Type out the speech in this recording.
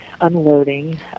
unloading